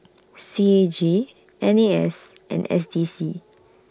C A G N A S and S D C